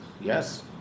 Yes